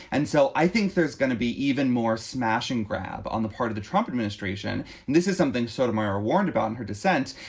and so i think there's going to be even more smashing grab on the part of the trump administration. and this is something sotomayor warned about in her dissent.